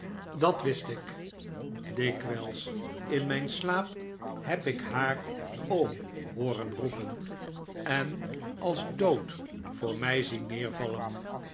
dat wist ik dikwijls in brieven van emily mijn slaap heb ik haar oom hooren roepen en als dood voor mij zien neervallen